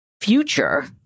future